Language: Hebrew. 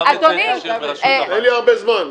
אין לי הרבה זמן.